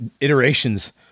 iterations